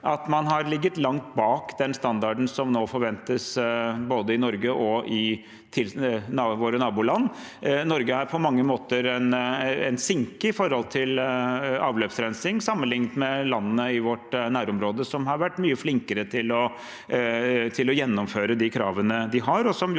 at man har ligget langt bak den standarden som nå forventes, både i Norge og i våre naboland. Norge er på mange måter en sinke når det gjelder avløpsrensing, sammenlignet med landene i vårt nærområde. De har vært mye flinkere til å gjennomføre de kravene de har,